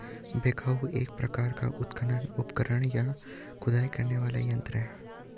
backhoe एक प्रकार का उत्खनन उपकरण, या खुदाई करने वाला यंत्र है